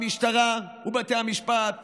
המשטרה ובתי המשפט